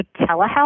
telehealth